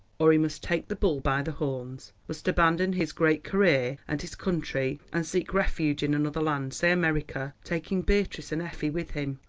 or he must take the bull by the horns, must abandon his great career and his country and seek refuge in another land, say america, taking beatrice and effie with him.